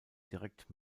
direkt